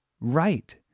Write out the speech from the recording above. right